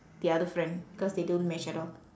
the other friend because they don't match at all